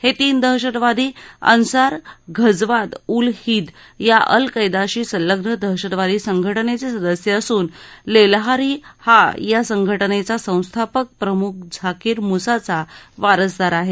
हे तीन दहशतवादी अन्सार घझवात उल हिंद या अल कैदाशी संलग्न दहशतवादी संघटनेचे सदस्य असून लेलहारी हा या संघटनेचा संस्थापक प्रमुख झाकीर मुसाचा वारसदार आहे